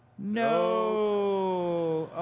no. oh,